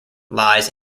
lies